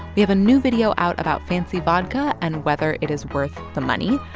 we have a new video out about fancy vodka and whether it is worth the money.